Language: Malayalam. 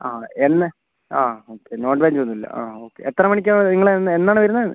ആ എന്ന് ആ ഓക്കെ നോൺ വെജ് ഒന്നും ഇല്ല ആ ഓക്കെ എത്ര മണിക്കാണ് നിങ്ങൾ എന്നാണ് എന്നാണ് വരുന്നത്